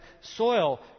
soil